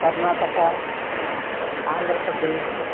Karnataka Andhra Pradesh